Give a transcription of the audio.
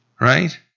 Right